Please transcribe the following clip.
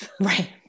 Right